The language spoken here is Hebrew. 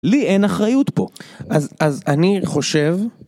אין לי אחריות פה, אז אני חושב...